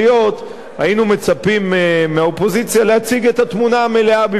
היינו מצפים מהאופוזיציה להציג את התמונה המלאה בפני הציבור.